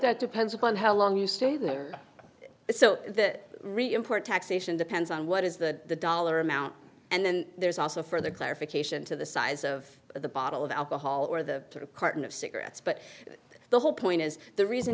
that depends upon how long you stay there so that reimport taxation depends on what is the dollar amount and then there's also further clarification to the size of the bottle of alcohol or the carton of cigarettes but the whole point is the reason